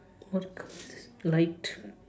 what colour is this light